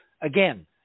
Again